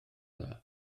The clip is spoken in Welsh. dda